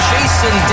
Jason